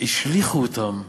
והשליכו אותם,